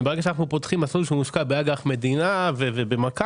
וברגע שאנו פותחים מסלול שהושקע באג"ח מדינה ובמק"מים,